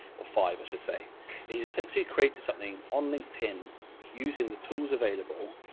or fiber to say but he's essentially created something on linkedin using the tools available.